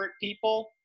people